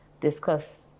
discuss